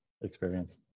experience